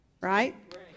right